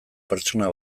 pertsona